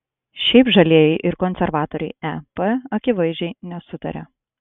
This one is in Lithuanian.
šiaip žalieji ir konservatoriai ep akivaizdžiai nesutaria